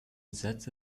sätze